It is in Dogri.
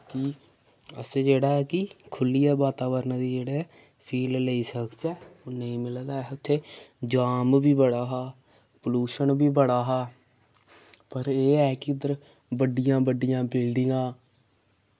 कि असें जेह्ड़ा ऐ कि खुह्ल्लियै वातावरण दी जेह्ड़े फील लेई सकचै ओह् नेईं मिल्ला दा ऐ हा उत्थै जाम बी बड़ा हा पोलुशन बी बड़ा हा पर एह् ऐ कि उद्धर बड्डियां बड्डियां बिल्डिंगां